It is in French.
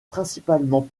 principalement